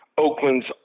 Oakland's